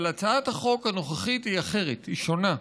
אבל הצעת החוק הנוכחית היא אחרת, היא שונה.